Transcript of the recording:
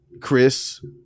Chris